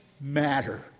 matter